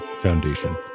Foundation